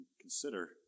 consider